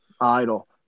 Idle